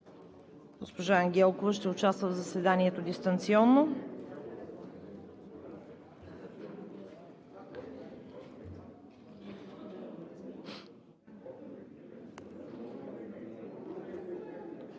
Госпожа Ангелкова ще участва в заседанието дистанционно.